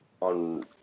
on